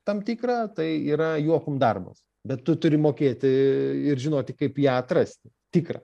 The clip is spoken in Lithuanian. tam tikrą tai yra juokum darbas bet tu turi mokėti ir žinoti kaip ją atrasti tikrą